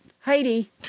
Heidi